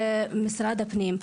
משרד הפנים.